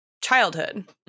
childhood